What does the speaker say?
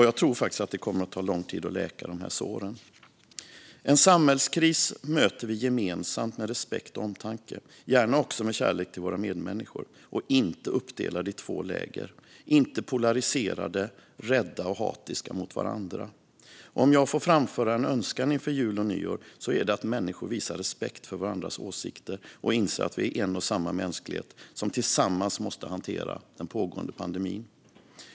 Jag tror faktiskt att det kommer att ta lång tid att läka såren. En samhällskris möter vi gemensamt med respekt och omtanke, gärna också med kärlek till våra medmänniskor och inte uppdelade i två läger, inte polariserade, rädda och hatiska mot varandra. Om jag får framföra en önskan inför jul och nyår är det att människor visar respekt för varandras åsikter och inser att vi är en och samma mänsklighet som tillsammans måste hantera den pågående pandemin.